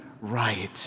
right